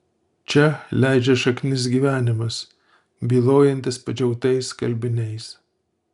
čia leidžia šaknis gyvenimas bylojantis padžiautais skalbiniais